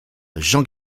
jean